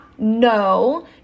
no